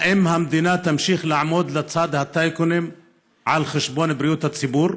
האם המדינה תמשיך לעמוד לצד הטייקונים על חשבון בריאות הציבור?